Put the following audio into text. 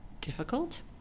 difficult